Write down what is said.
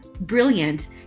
brilliant